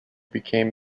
became